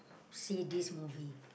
see this movie